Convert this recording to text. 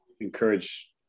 encourage